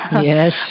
Yes